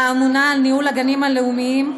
האמונה על ניהול הגנים הלאומיים,